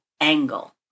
angle